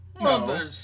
no